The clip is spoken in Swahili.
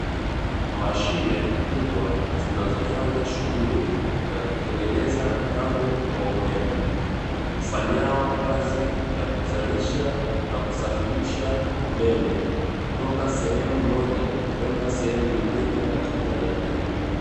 Mashine kubwa zinazofanya shughuli ya kutengeneza mtambo wa umeme, ufanyao kazi ya kuzalisha na kusafirisha umeme kutoka sehemu moja kwenda sehemu nyingine katika jamii.